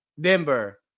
Denver